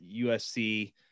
USC